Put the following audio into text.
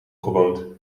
gewoond